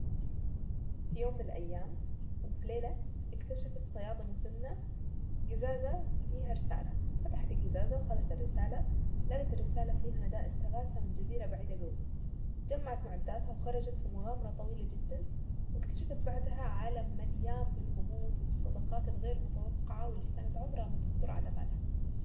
في يوم من الايام وفي ليلة اكتشفت صيادة مسنة قزازة فيها رسالة فتحت القزازة وخدت الرسالة لاقت الرسالة فيها نداء استغاثة من جزيرة بعيدة قوي جمعت معداتها وخرجت في مغامرة طويلة جدا واكتشفت بعدها عالم مليان بالغموض والصداقات الغير متوقع دي كانت عمرها ما تخطر على بالها.